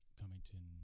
Cummington